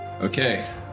Okay